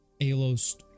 Alos